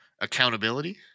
Accountability